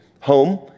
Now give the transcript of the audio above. home